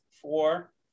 four